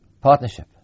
partnership